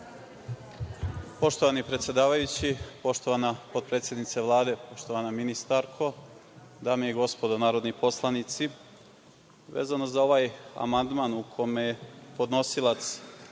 Poštovani predsedavajući, poštovana potpredsednice Vlade, poštovana ministarko, dame i gospodo narodni poslanici vezano za ovaj amandman u kome podnosilac